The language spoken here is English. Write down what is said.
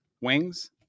Wings